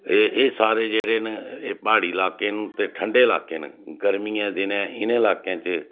एह् एह् सारे जेह्ड़े न एह् प्हाड़ी लाके न ते ठंंडे लाके न गर्मियें दिनें इनें लाकें च